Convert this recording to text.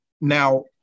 Now